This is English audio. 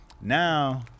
now